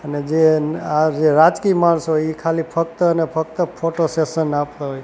અને જે ન આ જે રાજકીય માણસો હોય એ ખાલી ફક્ત અને ફક્ત ફોટો સેશન આપતા હોય